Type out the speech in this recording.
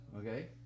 okay